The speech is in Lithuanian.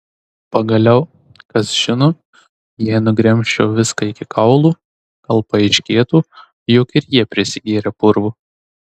pagaliau kas žino jei nugremžčiau viską iki kaulų gal paaiškėtų jog ir jie prisigėrę purvo